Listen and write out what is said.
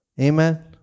Amen